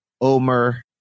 Omer